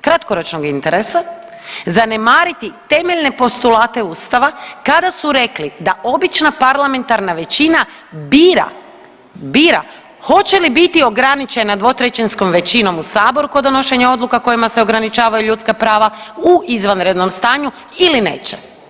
kratkoročnog interesa zanemariti temeljne postulate Ustava kada su rekli da obična parlamentarna većina bira, bira hoće li biti ograničena 2/3 većinom u saboru kod donošenja odluka kojima se ograničavaju ljudska prava u izvanrednom stanju ili neće.